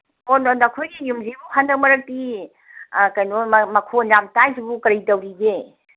ꯑꯣ ꯅꯈꯣꯏꯒꯤ ꯌꯨꯝꯁꯤꯕꯨ ꯍꯟꯗꯛ ꯃꯔꯛꯇꯤ ꯀꯩꯅꯣ ꯃꯈꯣꯟ ꯌꯥꯝ ꯇꯥꯏꯁꯤꯕꯣ ꯀꯔꯤ ꯇꯧꯔꯤꯒꯦ